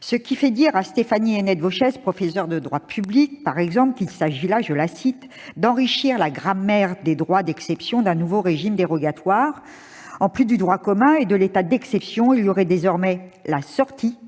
font dire à Stéphanie Hennette-Vauchez, professeure de droit public, qu'il s'agit là « d'enrichir la grammaire des droits d'exception d'un nouveau régime dérogatoire ». En plus du droit commun et de l'état d'exception, il y aurait désormais la « sortie